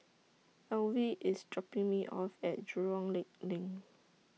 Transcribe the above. Alvie IS dropping Me off At Jurong Lake LINK